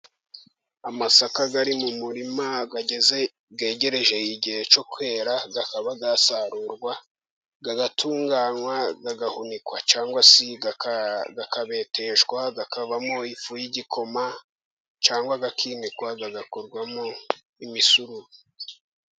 Amasaka ari mu murima yegereje igihe cyo kwera akaba yasarurwa, agatunganywa agahunikwa cyangwa se akabeteshwa, akavamo ifu y'igikoma cyangwa akinikwa agakorwamo imisururu.